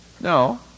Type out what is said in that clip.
No